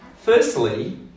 Firstly